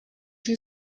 you